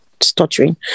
Stuttering